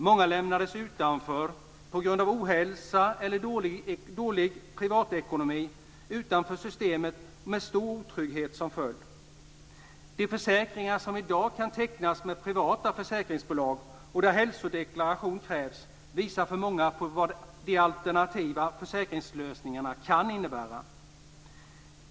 Många lämnades på grund av ohälsa eller dålig privatekonomi utanför systemet, med stor otrygghet som följd. De försäkringar som i dag kan tecknas med privata försäkringsbolag och där hälsodeklaration krävs visar för många vad de alternativa försäkringslösningarna kan innebära.